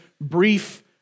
brief